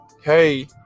Hey